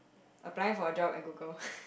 applying for a job at Google